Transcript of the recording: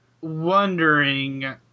wondering